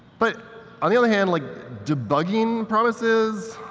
but on the other hand, like debugging promises,